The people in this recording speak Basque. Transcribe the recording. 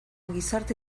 gizarte